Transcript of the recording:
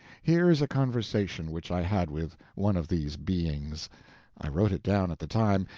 here is a conversation which i had with one of these beings i wrote it down at the time,